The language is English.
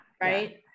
Right